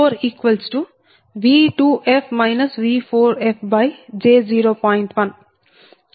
అంటే I24V2f V4fj0